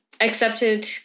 accepted